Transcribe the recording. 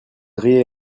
riait